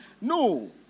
No